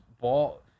Ball –